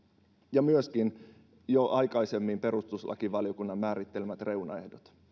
ja jo aikaisemmin myöskin perustuslakivaliokunnan määrittelemät reunaehdot